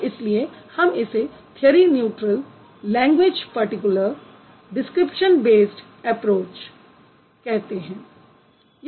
और इसलिए हम इसे theory neutral language particular description based approach कहते हैं